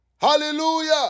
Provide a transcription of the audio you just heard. Hallelujah